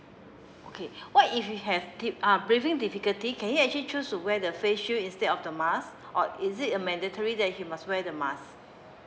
okay what if you have deep uh breathing difficulty can you actually choose to wear the face shield instead of the mask or is it a mandatory that he must wear the mask